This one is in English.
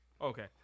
Okay